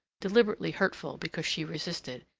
deliberately hurtful because she resisted,